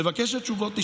את מבקשת תשובות?